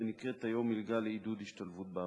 ונקראת היום "מלגה לעידוד השתלבות בעבודה".